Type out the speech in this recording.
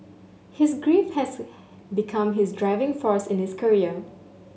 his grief has become his driving force in this career